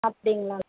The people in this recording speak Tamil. அப்படிங்களா